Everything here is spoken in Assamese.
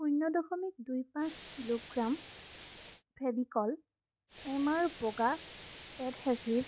শূন্য দশমিক দুই পাঁচ কিলোগ্ৰাম ফেভিকল এম আৰ বগা এডহেজিভ